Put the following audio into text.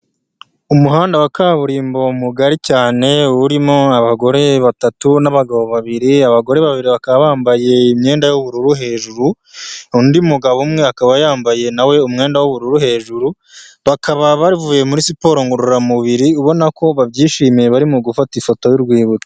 Umuhanda wa kaburimbo mugari cyane, urimo abagore batatu n'abagabo babiri, abagore babiri bakaba bambaye imyenda y'ubururu hejuru, undi mugabo umwe akaba yambaye nawe umwenda w'ubururu hejuru, bakaba bavuye muri siporo ngororamubiri ubona ko babyishimiye barimo gufata ifoto y'urwibutso.